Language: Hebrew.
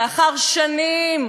לאחר שנים,